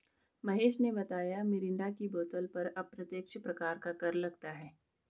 महेश ने बताया मिरिंडा की बोतल पर अप्रत्यक्ष प्रकार का कर लगता है